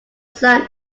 sun